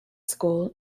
school